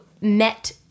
met